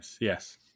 yes